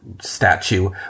statue